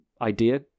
idea